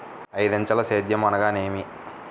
ఐదంచెల సేద్యం అనగా నేమి?